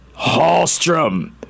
Hallstrom